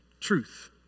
truth